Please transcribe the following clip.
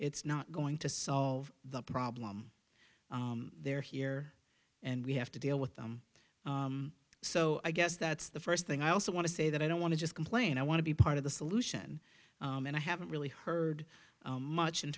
it's not going to solve the problem they're here and we have to deal with them so i guess that's the first thing i also want to say that i don't want to just complain i want to be part of the solution and i haven't really heard much in